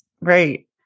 Right